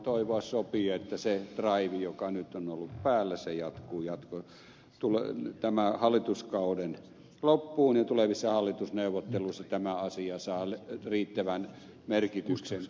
toivoa sopii että se draivi joka nyt on ollut päällä jatkuu tämän hallituskauden loppuun ja tulevissa hallitusneuvotteluissa tämä asia saa riittävän merkityksen